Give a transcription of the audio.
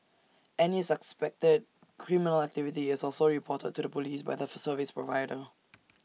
any suspected criminal activity is also reported to the Police by the for service provider